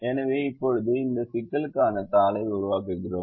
எனவே இப்போது இந்த சிக்கலுக்கான தாளை உருவாக்குகிறோம்